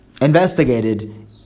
investigated